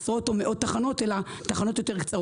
מנסים לתפוס קו